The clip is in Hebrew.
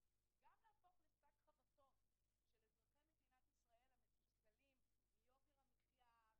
וגם להפוך לשק חבטות של אזרחי מדינת ישראל המתוסכלים מיוקר המחיה,